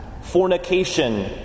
fornication